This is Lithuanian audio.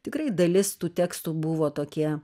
tikrai dalis tų tekstų buvo tokie